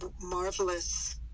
marvelous